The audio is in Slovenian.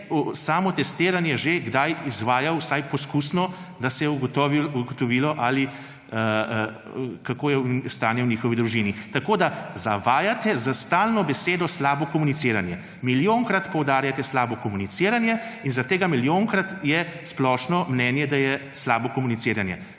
samotestiranje že kdaj izvajal, vsaj poskusno, da se je ugotovilo, kakšno je stanje v njihovi družini. Zavajate s stalno besedo – slabo komuniciranje. Milijonkrat poudarjate slabo komuniciranje in zaradi tega milijonkrat je splošno mnenje, da je slabo komuniciranje.